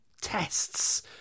tests